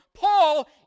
Paul